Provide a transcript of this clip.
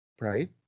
right